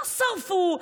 לא שרפו,